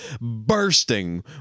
bursting